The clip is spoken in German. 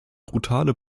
brutale